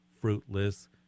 fruitless